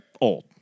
old